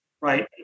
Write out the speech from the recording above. right